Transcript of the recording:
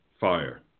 fire